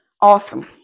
Awesome